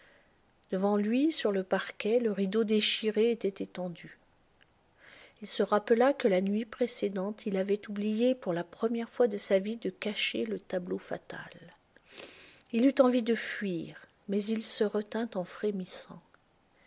devant lui sur le parquet le rideau déchiré était étendu il se rappela que la nuit précédente il avait oublié pour la première fois de sa vie de cacher le tableau fatal il eut envie de fuir mais il se retint en frémissant